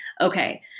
Okay